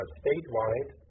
statewide